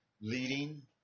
leading